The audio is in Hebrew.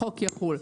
החוק יחול.